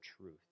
truth